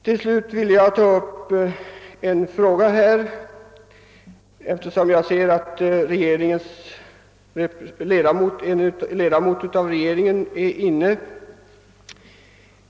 Till slut vill jag ta upp en fråga, eftersom jag ser att en ledamot av regeringen är inne i kammaren.